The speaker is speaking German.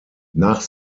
nach